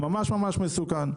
ממש ממש מסוכן.